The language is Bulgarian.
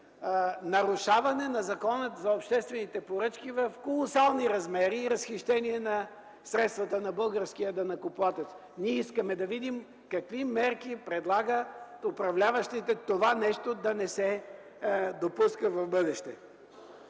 нарушаване на Закона за обществените поръчки в колосални размери и разхищение на средствата на българския данъкоплатец. Ние искаме да видим какви мерки предлагат управляващите това нещо да не се допуска в бъдеще.